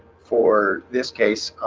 for this case,